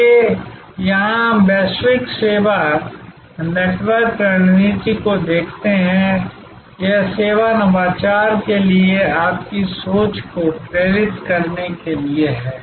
इसलिए यहां हम वैश्विक सेवा नेटवर्क रणनीति को देखते हैं यह सेवा नवाचार के लिए आपकी सोच को प्रेरित करने के लिए है